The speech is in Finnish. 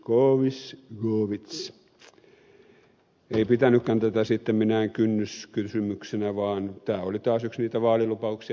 ben zyskowicz ei pitänytkään tätä sitten minään kynnyskysymyksenä vaan tämä oli taas yksi niitä vaalilupauksia